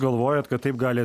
galvojat kad taip gali